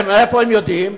מאיפה הם יודעים?